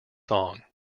song